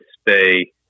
stay